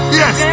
yes